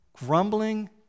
Grumbling